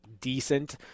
decent